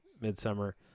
Midsummer